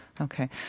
Okay